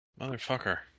Motherfucker